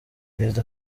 perezida